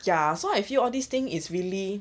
ya so I feel all these thing is really